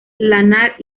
lanar